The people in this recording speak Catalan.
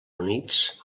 units